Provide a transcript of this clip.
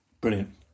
brilliant